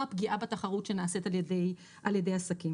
פגיעה בתחרות שנעשית על ידי עסקים.